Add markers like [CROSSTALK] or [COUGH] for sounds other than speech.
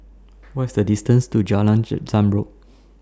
[NOISE] What IS The distance to Jalan [UNINTELLIGIBLE] Zamrud